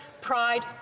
pride